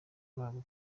babo